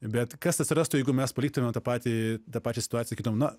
bet kas atsirastų jeigu mes paliktumėm tą patį tą pačią situaciją kitam na